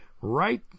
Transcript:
right